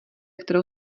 kterou